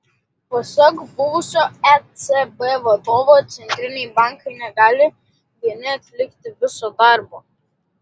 pasak buvusio ecb vadovo centriniai bankai negali vieni atlikti viso darbo